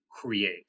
create